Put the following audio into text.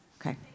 Okay